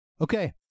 Okay